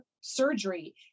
surgery